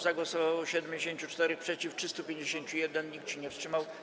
Za głosowało 74, przeciw - 351, nikt się nie wstrzymał.